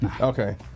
Okay